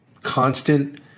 constant